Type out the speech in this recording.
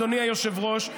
אדוני היושב-ראש,